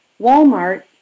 Walmart